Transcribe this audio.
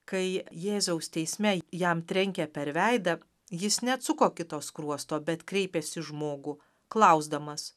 kai jėzaus teisme jam trenkė per veidą jis neatsuko kito skruosto bet kreipėsi į žmogų klausdamas